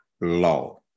law